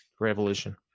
Revolution